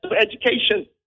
education